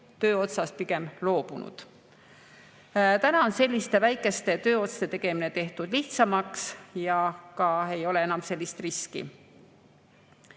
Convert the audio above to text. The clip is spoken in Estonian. tööotsast pigem loobunud. Nüüd on selliste väikeste tööotste tegemine tehtud lihtsamaks ja enam ei ole sellist